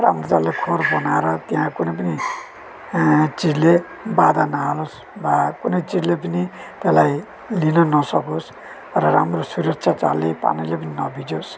राम्रोसँगले खोर बनाएर त्यहाँ कुनै पनि चिजले बाधा नहालोस् वा कुनै चिजले पनि त्यसलाई लिन नसकोस् र राम्रो सुरक्षा चालले पानीले पनि नभिजोस्